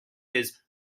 his